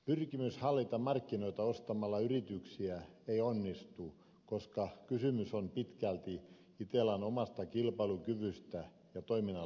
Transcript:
pyrkimys hallita markkinoita ostamalla yrityksiä ei onnistu koska kysymys on pitkälti itellan omasta kilpailukyvystä ja toiminnan laadusta